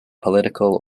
political